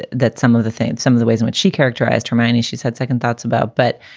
that some of the things, some of the ways in which she characterized her mind is she's had second thoughts about. but